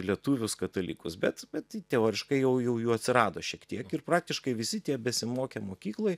lietuvius katalikus bet bet teoriškai jau jau jų atsirado šiek tiek ir praktiškai visi tie besimokę mokykloj